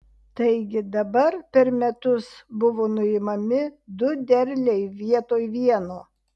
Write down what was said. taigi dabar per metus buvo nuimami du derliai vietoj vieno